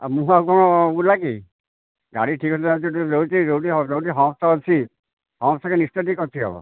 ଆଉ ମୁଁ ପା କ'ଣ କି ଗାଡ଼ି ଯେଉଁଠି ଯେଉଁଠି ଯେଉଁଠି ହମ୍ପସ ଅଛି ହମ୍ପସରେ ନିଶ୍ଚୟ ଟିକେ କଚି ହେବ